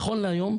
נכון להיום,